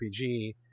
RPG